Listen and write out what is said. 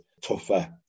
tougher